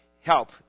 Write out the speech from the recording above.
help